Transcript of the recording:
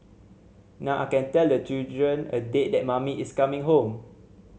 now I can tell the children a date that mummy is coming home